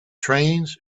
trains